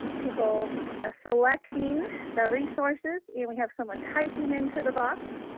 people ah selecting the resources. and we have someone typing into the box